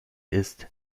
ist